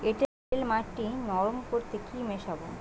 এঁটেল মাটি নরম করতে কি মিশাব?